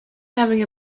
having